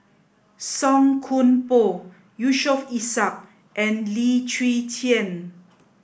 Song Koon Poh Yusof Ishak and Lim Chwee Chian